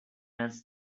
arts